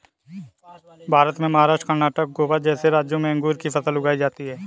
भारत में महाराष्ट्र, कर्णाटक, गोवा जैसे राज्यों में अंगूर की फसल उगाई जाती हैं